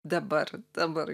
dabar dabar